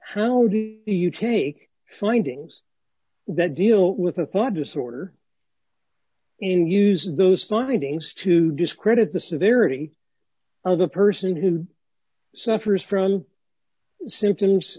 how do you take findings that deal with a thought disorder and use those findings to discredit the severity of the person who suffers from symptoms